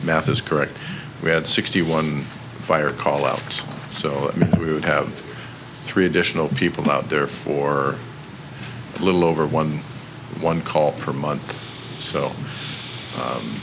is correct we had sixty one fire call outs so we would have three additional people out there for a little over one one call per month so